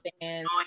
fans